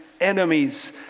enemies